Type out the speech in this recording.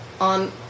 on